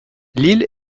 l’île